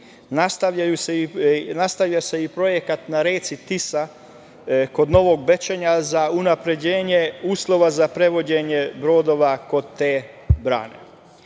nastavlja se i projekat na reci Tisa kod Novog Bečeja za unapređenje uslova za prevođenje brodova kod te brane,